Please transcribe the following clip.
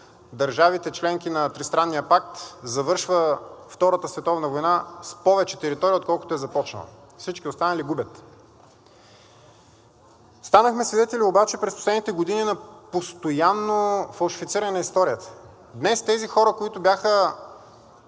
държавите – членки на Тристранния пакт, завършва Втората световна война с повече територия, отколкото е започнала. Всички останали губят. Станахме свидетели обаче през последните години на постоянно фалшифициране на историята. Днес тези хора, които бяха